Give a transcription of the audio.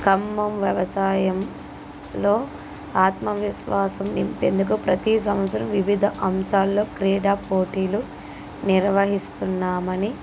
ఖమ్మం వ్యవసాయంలో ఆత్మవిశ్వాసం నింపేందుకు ప్రతీ సంవత్సరం వివిధ అంశాల్లో క్రీడ పోటీలు నిర్వహిస్తున్నామని